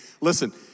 Listen